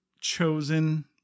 chosen